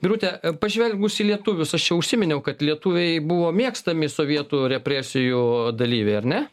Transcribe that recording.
birute pažvelgus į lietuvius aš čia užsiminiau kad lietuviai buvo mėgstami sovietų represijų dalyviai ar ne